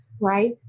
Right